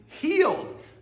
Healed